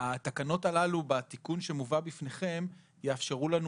התקנות הללו בתיקון שמובא בפניכם יאפשרו לנו